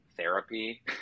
therapy